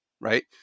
right